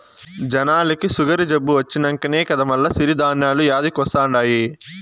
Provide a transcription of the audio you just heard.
జనాలకి సుగరు జబ్బు వచ్చినంకనే కదా మల్ల సిరి ధాన్యాలు యాదికొస్తండాయి